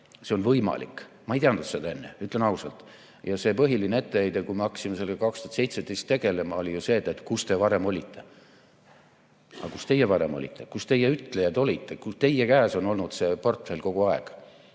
see on võimalik. Ma ei teadnud seda enne, ütlen ausalt. See põhiline etteheide, kui me hakkasime sellega 2017 tegelema, oli ju see, et kus te varem olite. Aga kus teie varem olite? Kus teie, ütlejad, olite? Teie käes on olnud see portfell kogu aeg.